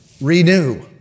renew